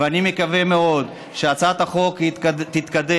ואני מקווה מאוד שהצעת החוק תתקדם.